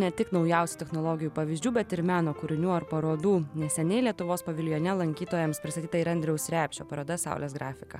ne tik naujausių technologijų pavyzdžių bet ir meno kūrinių ar parodų neseniai lietuvos paviljone lankytojams pristatyta ir andriaus repšio paroda saulės grafika